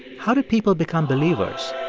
how did people become believers?